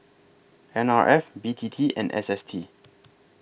N R F B T T and S S T